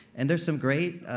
and there's some great